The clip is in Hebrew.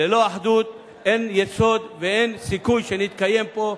ללא אחדות אין יסוד ואין סיכוי שנתקיים פה,